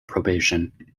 probation